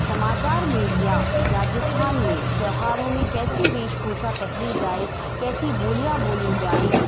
समाचार मीडिया राजस्थान में त्योहारों में कैसी वेशभूषा पहनी जाए कैसी बोलियाँ बोली जाएं